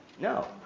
No